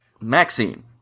Maxine